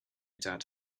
doubt